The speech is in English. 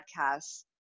podcasts